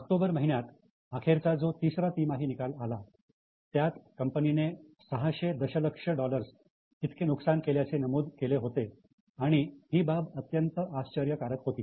October महिन्या आखेरचा जो तिसरा तिमाही निकाल आला त्यात कंपनीने 600 दशलक्ष डॉलर्स इतके नुकसान केल्याचे नमूद केले होते आणि ही बाब अत्यंत आश्चर्यकारक होती